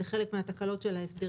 זה חלק מהתקלות של ההסדרים.